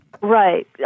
Right